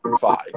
five